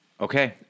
Okay